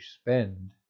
spend